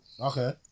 Okay